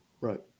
Right